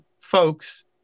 folks